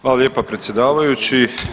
Hvala lijepa predsjedavajući.